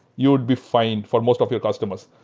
you'd be fine for most of your customers.